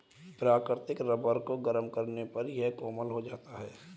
प्राकृतिक रबर को गरम करने पर यह कोमल हो जाता है